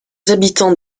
habitants